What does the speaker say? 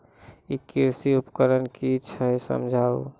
ई कृषि उपकरण कि छियै समझाऊ?